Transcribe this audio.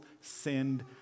sinned